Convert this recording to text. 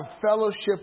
fellowship